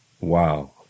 Wow